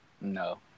No